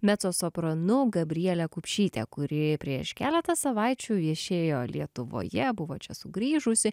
mecosopranu gabriele kupšyte kuri prieš keletą savaičių viešėjo lietuvoje buvo čia sugrįžusi